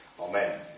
Amen